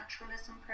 naturalism